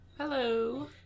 Hello